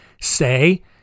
say